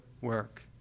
work